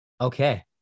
Okay